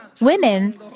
women